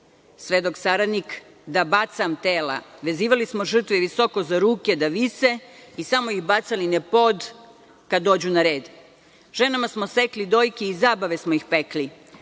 svedok saradnik, da bacam tela. Vezivali smo žrtve visoko za ruke da vise i samo ih bacali na pod kad dođu na red. Ženama smo sekli dojke iz zabave smo ih pekli.